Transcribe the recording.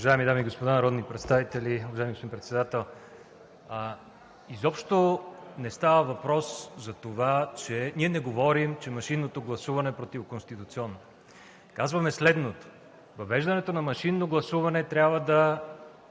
Уважаеми дами и господа народни представители, уважаеми господин Председател! Изобщо не става въпрос за това, че машинното гласуване е противоконституционно. Ние казваме следното: въвеждането на машинното гласуване трябва да